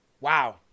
Wow